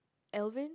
Alvin